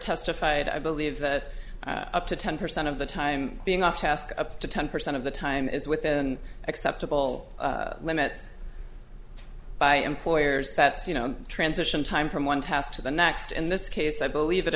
testified i believe that up to ten percent of the time being off task up to ten percent of the time is within acceptable limits by employers that you know transition time from one task to the next in this case i believe it